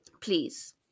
Please